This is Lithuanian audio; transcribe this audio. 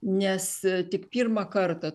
nes tik pirmą kartą